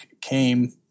came